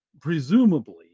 presumably